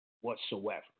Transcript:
whatsoever